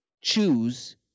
choose